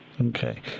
okay